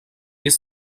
est